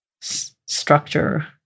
structure